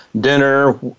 dinner